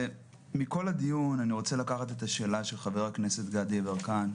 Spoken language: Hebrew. מכל הדיון אני רוצה לקחת את השאלה של חבר הכנסת גדי יברקן,